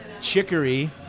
chicory